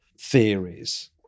theories